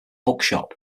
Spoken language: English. bookshop